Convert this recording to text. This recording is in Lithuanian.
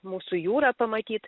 mūsų jūrą pamatyt